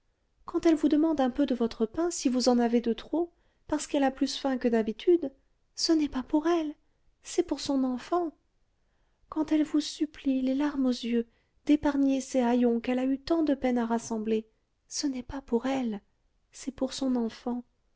quand elle vous demande un peu de votre pain si vous en avez de trop parce qu'elle a plus faim que d'habitude ce n'est pas pour elle c'est pour son enfant quand elle vous supplie les larmes aux yeux d'épargner ses haillons qu'elle a eu tant de peine à rassembler ce n'est pas pour elle c'est pour son enfant